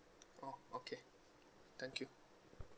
oh okay thank you